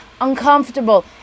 uncomfortable